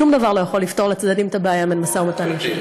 שום דבר לא יכול לפתור לצדדים את הבעיה אם אין משא-ומתן ישיר.